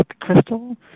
Crystal